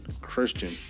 christian